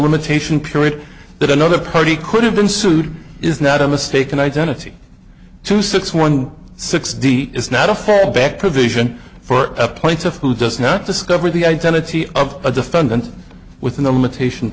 limitation period that another party could have been sued is not a mistaken identity two six one six d is not a fallback provision for a plaintiff who does not discover the identity of a defendant within the limitation